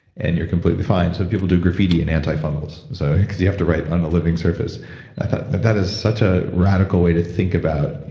and you're completely fine. so people do graffiti in and anti-fungals, so cause you have to write on a living surface that is such a radical way to think about,